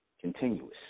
continuous